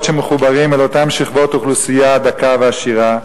שמחוברים אל אותן שכבות אוכלוסייה דקה ועשירה,